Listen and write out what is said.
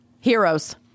Heroes